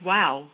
Wow